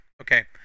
Okay